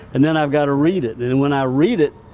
and then i've gotta read it, and and when i read it,